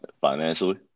Financially